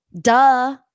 duh